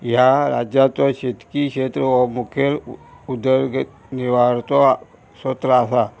ह्या राज्याचो शेतकी क्षेत्र हो मुखेल उदरगत निवारचो सत्र आसा